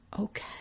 Okay